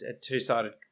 two-sided